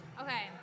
Okay